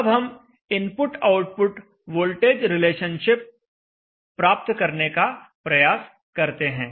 अब हम input output voltage relationship प्राप्त करने का प्रयास करते हैं